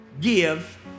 give